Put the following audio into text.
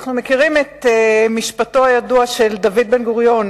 אנחנו מכירים את משפטו הידוע של דוד בן-גוריון: